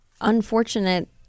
unfortunate